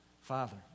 Father